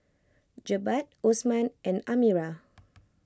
Jebat Osman and Amirah